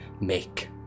make